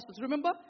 Remember